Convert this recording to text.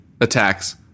attacks